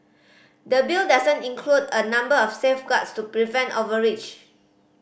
the Bill doesn't include a number of safeguards to prevent overreach